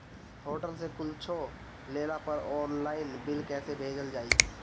Hotel से कुच्छो लेला पर आनलाइन बिल कैसे भेजल जाइ?